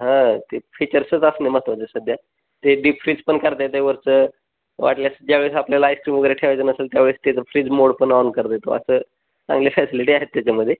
हां ते फीचर्सच असणं महत्त्वाचे सध्या ते डीप फ्रीजपण कर द त्यावरचं वाटल्यास ज्यावेळेस आपल्याला आईस्क्रीम वगैरे ठेवायचं नसेल त्यावेळेस तेच फ्रीज मोड पण ऑन कर देतो असं चांगले फॅसिलिटी आहेत त्याच्यामध्ये